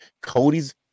Cody's